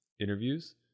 interviews